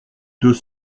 deux